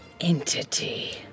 entity